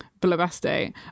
Blabaste